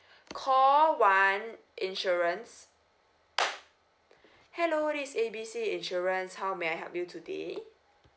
call one insurance hello this is A B C insurance how may I help you today